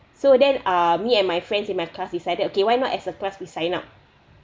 so then uh me and my friends in my class he said okay why not as a class we sign up